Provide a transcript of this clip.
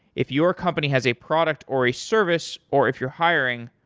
if your company has a product or a service, or if you're hiring,